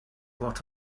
what